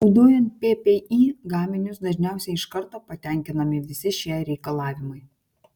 naudojant ppi gaminius dažniausiai iš karto patenkinami visi šie reikalavimai